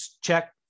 check